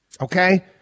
Okay